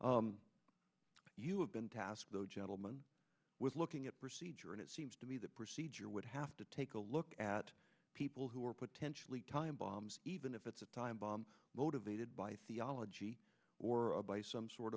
you have been tasked the gentleman with looking at procedure and it seems to me the procedure would have to take a look at people who are potentially time bombs even if it's a time bomb motivated by theology or by some sort